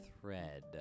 thread